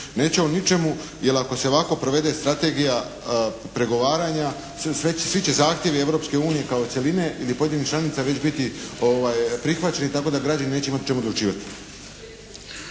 Neće o ničemu, jer ako se ovako provede strategija pregovaranja, svi će zahtjevi Europske unije kao cjeline ili pojedinih članica već biti prihvaćeni tako da građani neće imati o čemu odlučivati.